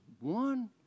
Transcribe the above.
one